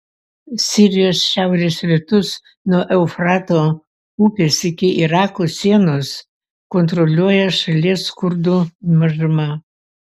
sirijos šiaurės rytus nuo eufrato upės iki irako sienos kontroliuoja šalies kurdų mažuma